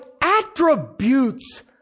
attributes